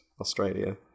Australia